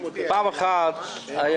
פעם אחת היה